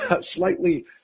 slightly